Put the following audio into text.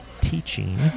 teaching